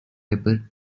weber